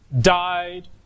died